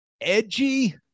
edgy